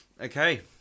okay